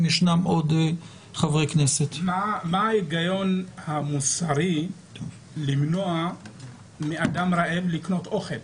מה ההיגיון המוסרי למנוע מאדם רעב לקנות אוכל?